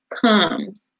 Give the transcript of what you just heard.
comes